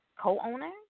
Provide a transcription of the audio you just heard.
co-owner